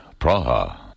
Praha